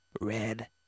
Red